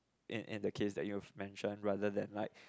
in in in the case that you mentioned rather then write